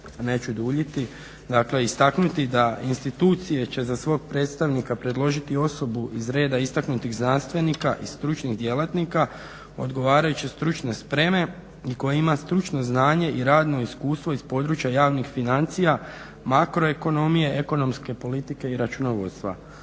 neću duljiti dakle istaknuti da institucije će za svog predstavnika predložiti osobu iz reda istaknutih znanstvenika i stručnih djelatnika odgovarajuće stručne spreme koja ima stručno znanje i radno iskustvo iz područja javnih financija, makroekonomije, ekonomske politike i računovodstva.